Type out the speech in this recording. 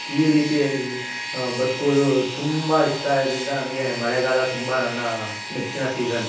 ಈ ರೀತಿಯ ಇ ಬದುಕೋದು ತುಂಬ ಇಷ್ಟ ಇದರಿಂದ ನನಗೆ ಮಳೆಗಾಲ ತುಂಬ ನನ್ನ ನೆಚ್ಚಿನ ಸೀಸನ್